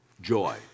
joy